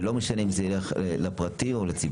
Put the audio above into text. ולא משנה אם זה יהיה לפרטי או לציבורי.